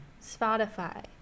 spotify